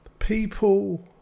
people